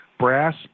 Brass